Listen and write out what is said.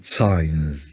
signs